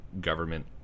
government